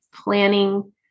planning